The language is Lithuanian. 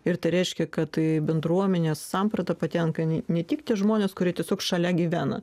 ir tai reiškia kad bendruomenės samprata patenka jinai ne tik tie žmonės kurie tiesiog šalia gyvena